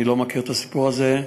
אני לא מכיר את הסיפור הזה.